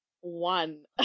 One